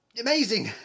Amazing